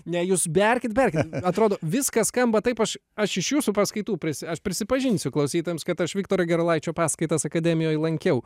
ne jūs berkit berkit atrodo viskas skamba taip aš aš iš jūsų paskaitų prisi aš prisipažinsiu klausytojams kad aš viktoro gerulaičio paskaitas akademijoj lankiau